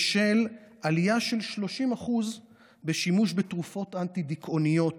יש עלייה של 30% בשימוש בתרופות אנטי-דיכאוניות